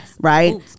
right